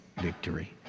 victory